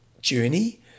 journey